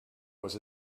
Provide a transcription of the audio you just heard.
was